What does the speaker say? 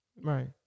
Right